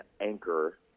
anchor